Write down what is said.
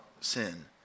sin